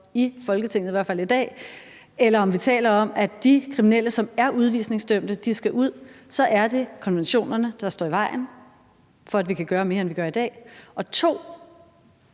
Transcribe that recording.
i Folketinget, eller om vi taler om, at de kriminelle, som er udvisningsdømte, skal ud, så er det konventionerne, der står i vejen for, at vi kan gøre mere, end vi gør i dag? Punkt